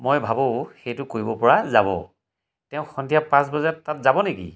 মই ভাবো সেইটো কৰিবপৰা যাব তেওঁ সন্ধিয়া পাঁচ বজাত তাত যাব নেকি